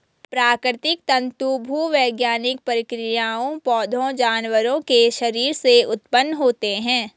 प्राकृतिक तंतु भूवैज्ञानिक प्रक्रियाओं, पौधों, जानवरों के शरीर से उत्पन्न होते हैं